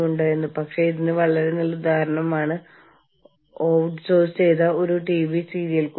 നിങ്ങളുടെ പ്രശ്നങ്ങൾ നിങ്ങൾ കൈകാര്യം ചെയ്യുക എന്നതാണ് ഹാൻഡ് ഓഫ് സമീപനം